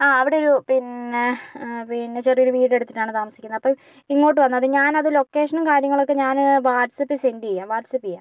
ആ അവിടെയൊരു പിന്നെ പിന്നെ ചെറിയൊരു വീടെടുത്തിട്ടാണ് താമസിക്കുന്നേ അപ്പോൾ ഇങ്ങോട്ട് വന്നാൽ മതി ഞാൻ അത് ലൊക്കേഷനും കാര്യങ്ങളൊക്കെ ഞാന് വാട്സ്പ്പിൽ സെൻഡീയാം വാട്ട്സാപ്പ് ചെയ്യാം